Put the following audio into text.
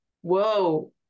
whoa